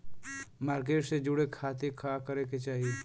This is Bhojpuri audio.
मार्केट से जुड़े खाती का करे के चाही?